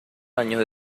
años